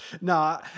No